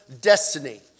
destiny